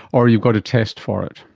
or you've got to test for it?